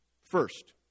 First